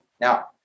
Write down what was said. now